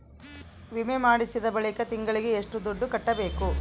ವಿಮೆ ಮಾಡಿಸಿದ ಬಳಿಕ ತಿಂಗಳಿಗೆ ಎಷ್ಟು ದುಡ್ಡು ಕಟ್ಟಬೇಕು?